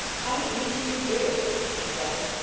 how easy you do it! she said.